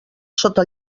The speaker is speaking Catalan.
sota